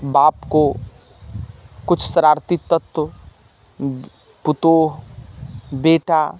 बापको कुछ शरारती तत्व पुतोहु बेटा